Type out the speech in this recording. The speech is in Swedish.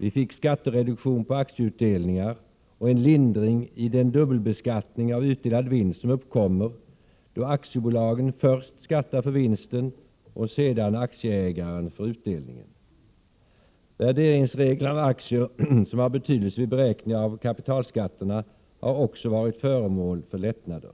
Vi fick skattereduktion på aktieutdelningar och en lindring i den dubbelbeskattning av utdelad vinst som uppkommer då aktiebolagen först skattar för vinsten och sedan aktieägaren för utdelningen. Värderingsreglerna av aktier som har betydelse vid beräkning av kapitalskatterna har också varit föremål för lättnader.